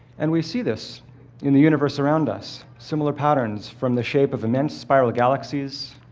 and we see this in the universe around us similar patterns, from the shape of immense spiral galaxies